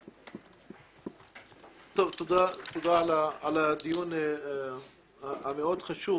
תודה על הדיון המאוד חשוב.